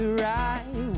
right